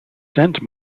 scent